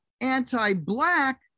Anti-Black